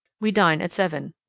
we dine at seven.